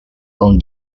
con